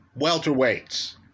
welterweights